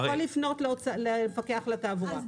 הוא יכול לפנות למפקח על התעבורה.